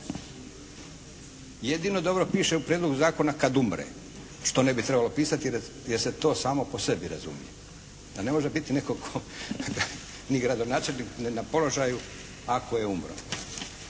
Jedino dobro piše u prijedlogu zakona kad umre što ne bi trebalo pisati jer se to samo po sebi razumije, da ne može biti netko tko ni gradonačelnik na položaju ako je umro.